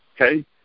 Okay